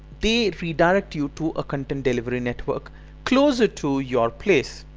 they redirect you to a content delivery network closer to your place.